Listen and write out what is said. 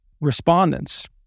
respondents